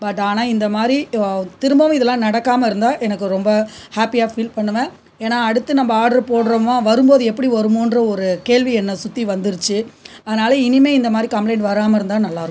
but ஆனால் இந்த மாதிரி திரும்பவும் இதெல்லாம் நடக்காமல் இருந்தால் எனக்கு ரொம்ப ஹாப்பியாக ஃபீல் பண்ணுவேன் ஏன்னா அடுத்து நம்ம ஆர்டர் போடுறோமா வரும்போது எப்படி வரும்ன்ற ஒரு கேள்வி என்னை சுற்றி வந்துருச்சு அதனால் இனிமேல் இந்த மாதிரி கம்ப்ளைண்ட் வராமல் இருந்தால் நல்லா இருக்கும்